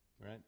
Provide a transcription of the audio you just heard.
right